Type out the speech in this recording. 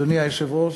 אדוני היושב-ראש,